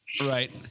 Right